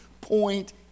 point